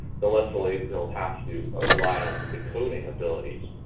the less like they'll have to ah rely on the decoding abilities.